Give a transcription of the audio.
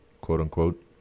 quote-unquote